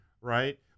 right